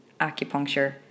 acupuncture